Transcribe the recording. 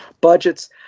budgets